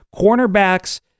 cornerbacks